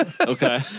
Okay